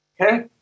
Okay